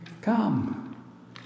Come